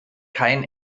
kein